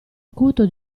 acuto